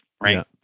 right